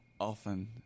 often